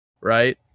right